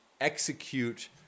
execute